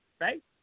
Right